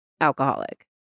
alcoholic